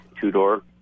two-door